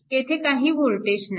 येथे काही वोल्टेज नाही